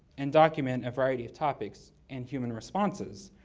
and document a variety of topics and human responses.